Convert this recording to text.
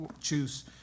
choose